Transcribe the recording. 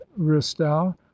ristau